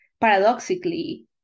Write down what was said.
paradoxically